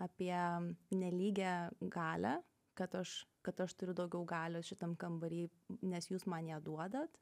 apie nelygią galią kad aš kad aš turiu daugiau galios šitam kambary nes jūs man ją duodat